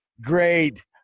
great